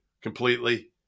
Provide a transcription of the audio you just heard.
completely